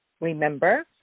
remember